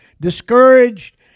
discouraged